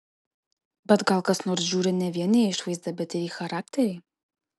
bet gal kas nors žiūri ne vien į išvaizdą bet ir į charakterį